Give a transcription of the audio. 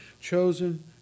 chosen